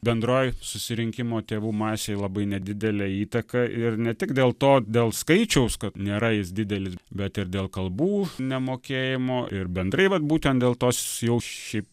bendroj susirinkimo tėvų masėj labai nedidelę įtaką ir ne tik dėlto dėl skaičiaus kad nėra jis didelis bet ir dėl kalbų nemokėjimo ir bendrai vat būtent dėl tos jau šiaip